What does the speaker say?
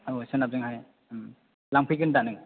औ सोनबाजोंहाय लांफैगोन दा नोङो